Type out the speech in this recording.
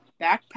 backpack